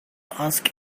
ask